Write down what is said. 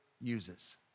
uses